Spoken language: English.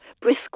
brisk